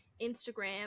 Instagram